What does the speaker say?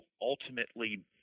ultimately